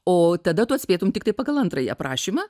o tada tu atspėtum tiktai pagal antrąjį aprašymą